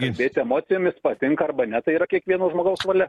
kalbėt emocijomis patinka arba ne tai yra kiekvieno žmogaus valia